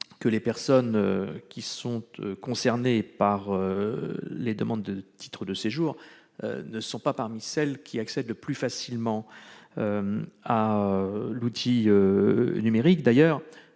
que les personnes concernées par les demandes de titre de séjour ne sont pas parmi celles qui accèdent le plus facilement à l'outil numérique.